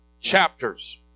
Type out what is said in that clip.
chapters